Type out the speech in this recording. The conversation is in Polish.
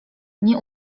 nie